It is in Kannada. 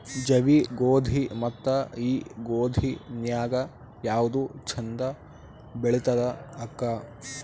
ಜವಿ ಗೋಧಿ ಮತ್ತ ಈ ಗೋಧಿ ನ್ಯಾಗ ಯಾವ್ದು ಛಂದ ಬೆಳಿತದ ಅಕ್ಕಾ?